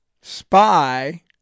spy